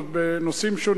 בנושאים שונים,